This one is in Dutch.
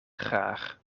graag